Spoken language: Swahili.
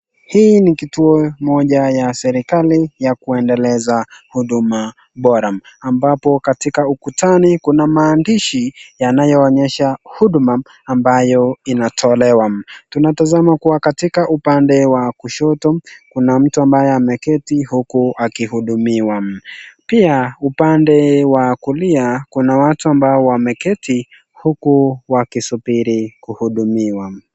Hii ni kituo moja ya serikali ya kuendeleza huduma bora, ambapo katika ukutani kuna maandishi yanayo onyesha huduma ambayo inatolewa. Tunatazama pia katika upande wa kushoto kuna mtu ambaye ameketi huku akihudumiwa. Pia, upande wa kulia kuna watu ambao wameketi, huku wakisubiri kuhubiriwa.